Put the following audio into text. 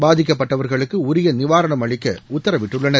பாதிக்கப்பட்டவர்களுக்கு உரிய நிவாரணம் அளிக்க உத்தரவிட்டுள்ளனர்